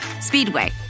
Speedway